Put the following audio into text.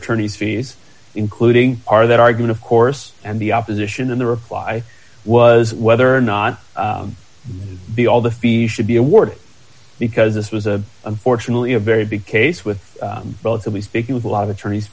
attorney's fees including our that argued of course and the opposition and the reply was whether or not the all the fee should be awarded because this was a unfortunately a very big case with relatively speaking with a lot of attorneys